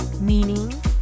meaning